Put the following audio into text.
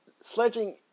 sledging